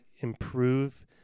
improve